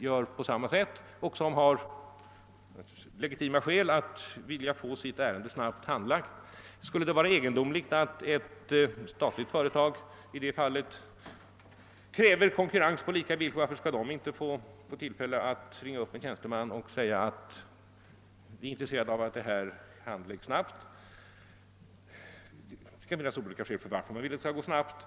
gör på samma sätt, och de har säkerligen legitima skäl att vilja få sina ärenden snabbt handlagda. Varför skulle det vara egendomligt att ett statligt företag i det fallet kräver konkurrens på lika villkor? Varför skall inte en företrädare för ett statligt företag få ringa upp en tjänsteman och säga att det är av intresse att ett ärende handlägges snabbt? Det kan finnas olika skäl till att man vill att handläggningen skall ske snabbt.